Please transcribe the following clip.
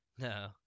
No